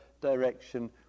direction